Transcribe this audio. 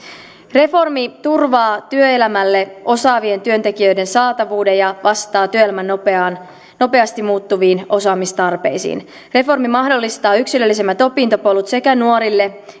reformi turvaa työelämälle osaavien työntekijöiden saatavuuden ja vastaa työelämän nopeasti muuttuviin osaamistarpeisiin reformi mahdollistaa yksilöllisemmät opintopolut sekä nuorille